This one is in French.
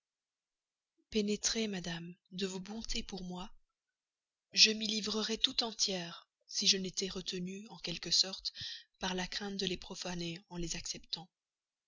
pénétrée madame de vos bontés pour moi je m'y livrerais tout entière si je n'étais retenue en quelque sorte par la crainte de les profaner en les acceptant